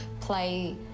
play